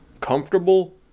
comfortable